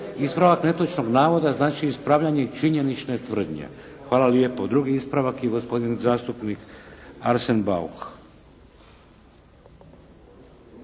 Ispravak netočnog navoda znači ispravljanje činjenične tvrdnje. Hvala lijepo. Drugi ispravak, gospodin zastupnik Arsen Bauk.